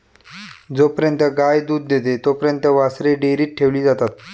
जोपर्यंत गाय दूध देते तोपर्यंत वासरे डेअरीत ठेवली जातात